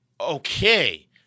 Okay